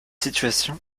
situation